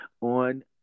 on